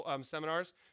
seminars